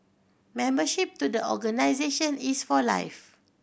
membership to the organisation is for life